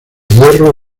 hierro